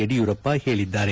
ಯಡಿಯೂರಪ್ಪ ಹೇಳಿದ್ದಾರೆ